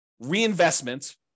reinvestment